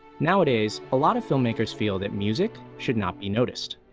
nowadays a lot of filmmakers feel that music should not be noticed,